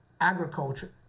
agriculture